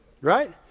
right